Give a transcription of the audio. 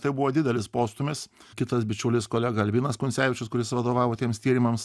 tai buvo didelis postūmis kitas bičiulis kolega albinas kuncevičius kuris vadovavo tiems tyrimams